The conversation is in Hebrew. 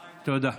תודה.